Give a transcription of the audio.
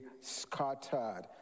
scattered